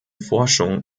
forschung